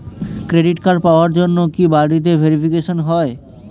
Credit card পাওয়ার জন্য কি বাড়িতে ভেরিফিকেশন হয়?